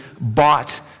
bought